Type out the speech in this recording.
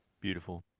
Beautiful